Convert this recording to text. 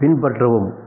பின்பற்றவும்